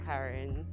Karen